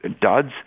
duds